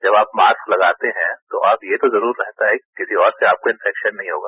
जब आप मास्क लगाते हैं तो ये तो जरूर रहता है कि किसी और से आपको इंफैक्शन नहीं होगा